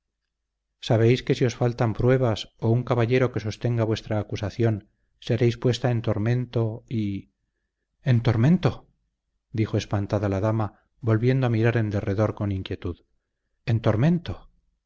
sabéis que si os faltan pruebas o un caballero que sostenga vuestra acusación seréis puesta en tormento y en tormento dijo espantada la dama volviendo a mirar en derredor con inquietud en tormento